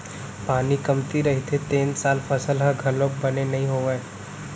पानी कमती रहिथे तेन साल फसल ह घलोक बने नइ होवय